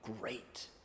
great